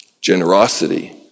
generosity